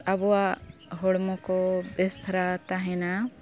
ᱟᱵᱚᱣᱟᱜ ᱦᱚᱲᱢᱚ ᱠᱚ ᱵᱮᱥ ᱫᱷᱚᱨᱟ ᱛᱟᱦᱮᱱᱟ